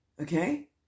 okay